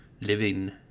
living